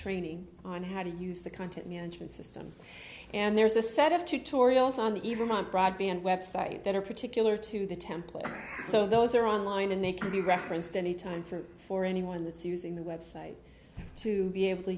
training on how to use the content management system and there's a set of two torrijos on the eve of my broadband website that are particular to the template so those are online and they can be referenced anytime from for anyone that's using the website to be able to